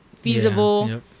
feasible